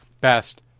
best